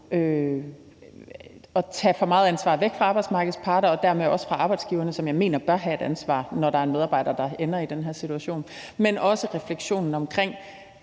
tage for meget ansvar væk fra arbejdsmarkedets parter og dermed også fra arbejdsgiverne, som jeg mener bør have et ansvar, når der er en medarbejder, der ender i den her situation. Men der er også refleksionen omkring,